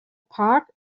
park